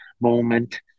moment